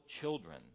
children